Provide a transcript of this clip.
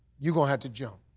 you gonna have to jump.